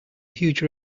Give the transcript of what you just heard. huge